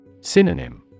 Synonym